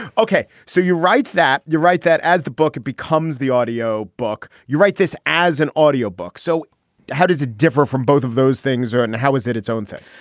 ok, so you write that. you write that as the book becomes the audio book, you write this as an audio book. so how does it differ from both of those things are and how is it its own thing?